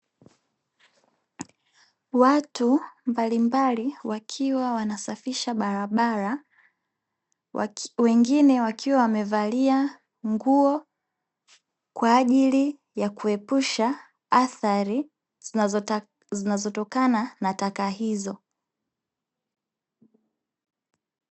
Watu mbalimbali wakiwa wanasafisha barabara, wengine wakiwa wamevalia nguo kwa ajili ya kuepusha athari zinazotokana na taka hizo.